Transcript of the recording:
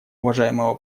уважаемого